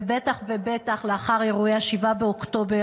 ובטח ובטח לאחר אירועי 7 באוקטובר.